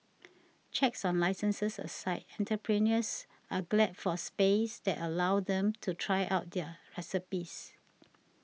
checks on licences aside entrepreneurs are glad for spaces that allow them to try out their recipes